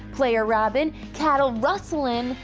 player robbin', cattle rustlin',